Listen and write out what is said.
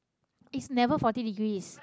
is never forty degrees